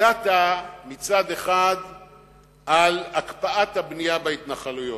הודעת מצד אחד על הקפאת הבנייה בהתנחלויות.